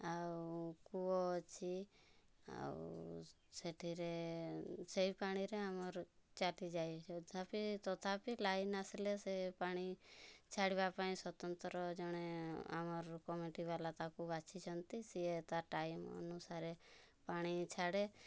ଆଉ କୂଅ ଅଛି ଆଉ ସେଥିରେ ସେହି ପାଣିରେ ଆମର୍ ତଥାପି ତଥାପି ଲାଇନ୍ ଆସିଲେ ସେ ପାଣି ଛାଡ଼ିବା ପାଇଁ ସ୍ୱତନ୍ତ୍ର ଜଣେ ଆମର କମିଟିବାଲା ତାକୁ ବାଛିଛନ୍ତି ସିଏ ତା ଟାଇମ୍ ଅନୁସାରରେ ପାଣି ଛାଡ଼େ